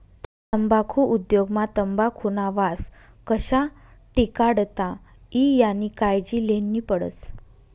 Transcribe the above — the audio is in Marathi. तम्बाखु उद्योग मा तंबाखुना वास कशा टिकाडता ई यानी कायजी लेन्ही पडस